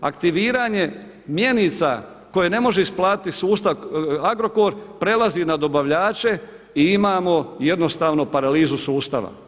Aktiviranje mjenica koje ne može isplatiti sustav Agrokor prelazi na dobavljače i imamo jednostavno paralizu sustava.